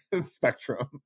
spectrum